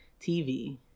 TV